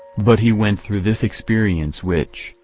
but he went through this experience which,